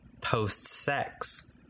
post-sex